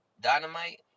Dynamite